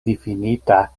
difinita